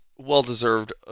Well-deserved